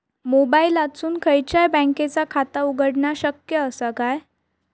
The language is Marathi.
मोबाईलातसून खयच्याई बँकेचा खाता उघडणा शक्य असा काय?